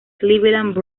cleveland